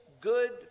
good